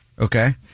Okay